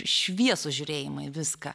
šviesų žiūrėjimą viską